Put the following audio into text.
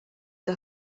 der